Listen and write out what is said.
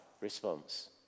response